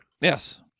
Yes